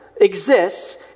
exists